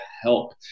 help